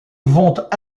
vont